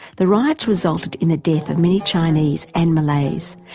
the riots resulted in the death of many chinese and malays,